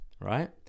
right